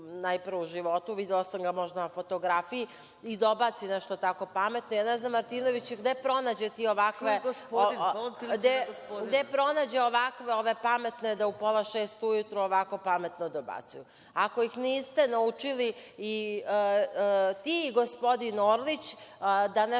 najpre u životu, videla sam ga možda na fotografiji i dobaci tako nešto pametno, ja ne znam Martinoviću, gde pronađe ti ovakve pametne da u pola šest ujutru ovako pametno dobacuju. Ako ih niste naučili i vi i gospodin Orlić, da nešto